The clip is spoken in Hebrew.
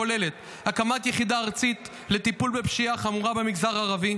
הכוללת הקמת יחידה ארצית לטיפול בפשיעה חמורה במגזר הערבי,